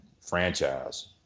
franchise